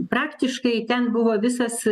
praktiškai ten buvo visas